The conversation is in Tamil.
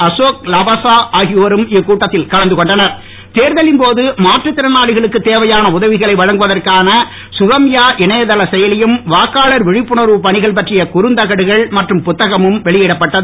அசோக் லவாசா ஆகியோரும் இக்கூட்டத்தில் கலந்து கொண்டனர் தேர்தலின் போது மாற்றுத் திறணாளிகளுக்கு தேவையான உதவிகளை வழங்குவதற்கான சுகம்யா இணையதள செயலியும் வாக்காளர் விழிப்புணர்வு பணிகள் பற்றிய குறுந் தகடுகள் மற்றும் புத்தகமும் வெளியிடப்பட்டது